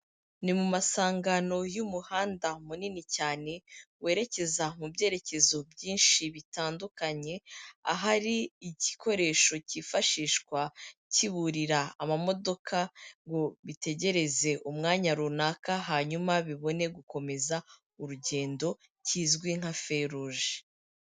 Ni mu masangano y'umuhanda munini cyane werekeza mu byerekezo byinshi bitandukanye, ahari igikoresho cyifashishwa kiburira amamodoka ngo bitegereze umwanya runaka, hanyuma bibone gukomeza urugendo, kizwi nka feruje.